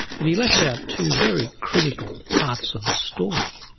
but he left out to very critical parts of the story.